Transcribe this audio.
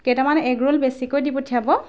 কেইটামান egg roll বেছিকৈ দি পঠিয়াব